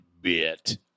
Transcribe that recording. bit